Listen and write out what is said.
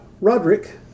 Roderick